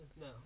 No